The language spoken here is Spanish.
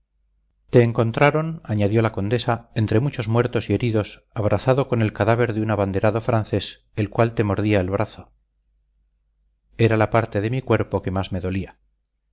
te encontraron añadió la condesa entre muchos muertos y heridos abrazado con el cadáver de un abanderado francés el cual te mordía el brazo era la parte de mi cuerpo que más me dolía